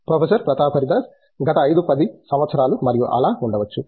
professor Pratap Haridas గత 5 10 సంవత్సరాలు మరియు అలా ఉండవచ్చు